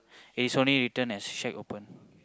it's only written as shack open